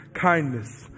kindness